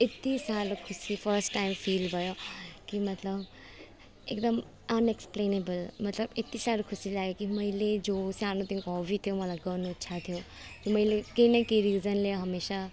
यत्ति साह्रो खुसी फर्स्ट टाइम फिल भयो कि मतलब एकदम अनएक्सप्लेनेबल मतलब यत्ति साह्रो खुसी लाग्यो कि मैले जो सानोदेखिको हबी थियो मलाई गर्नु इच्छा थियो त्यो मैले केही न केही रिजनले हमेसा